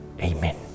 Amen